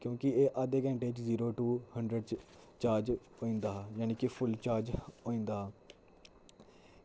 क्योंकि एह् अद्धे घैंटे च जीरो टू हंड्रेड च चार्ज होई जंदा हा यानि कि फुल चार्ज होई जंदा हा